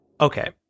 okay